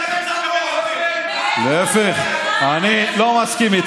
איפה אתה חי?